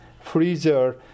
Freezer